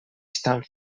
estan